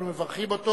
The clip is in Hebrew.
אנחנו מברכים אותו.